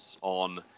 on